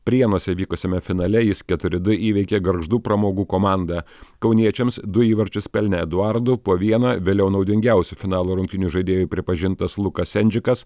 prienuose vykusiame finale jis keturi du įveikė gargždų pramogų komandą kauniečiams du įvarčius pelnė eduardu po vieną vėliau naudingiausiu finalo rungtynių žaidėju pripažintas lukas sendžikas